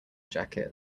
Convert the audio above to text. jacket